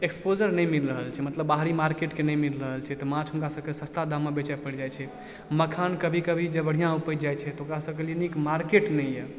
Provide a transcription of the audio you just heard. exposure नहि मिल रहल छै मतलब बाहरी मार्केटके नहि मिल रहल छै तऽ माछ हुनका सबके सस्ता दाम मऽ बेचऽ पैर जाइ छै मखान कभी कभी जे बढ़िआँ उपजि जाइ छै तऽ ओकरा सबके लिये नीक मार्केट नहि यऽ